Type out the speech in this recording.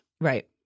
Right